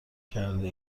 کرده